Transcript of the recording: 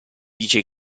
dice